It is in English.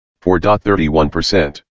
4.31%